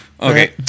Okay